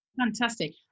fantastic